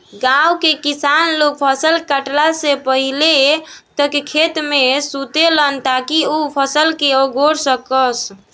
गाँव के किसान लोग फसल काटला से पहिले तक खेते में सुतेलन ताकि उ फसल के अगोर सकस